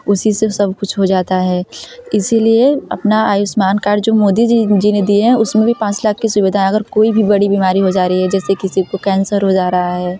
उसी से सब कुछ हो जाता है इसलिए अपना आयुष्मान कार्ड जो मोदी जी जी ने दिया हैं उसमें भी पाँच लाख की सुविधा अगर कोई भी बड़ी बीमारी हो जा रही है जैसे किसी को कैंसर हो जा रहा है